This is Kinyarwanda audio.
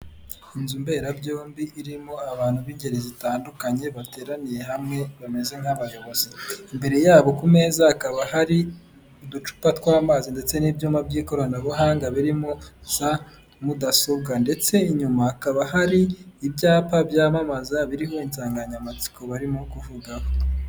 Inzu mberabyombi irimo abantu b'ingeri zitandukanye bateraniye hamwe bameze nk'abayobozi, imbere yabo ku meza hakaba hari uducupa tw'amazi ndetse n'ibyuma by'ikoranabuhanga birimo za mudasobwa ndetse inyuma hakaba hari ibyapa byamamaza biririmo insanganyamatsiko barimo kuvugaho.